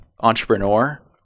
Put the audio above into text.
Entrepreneur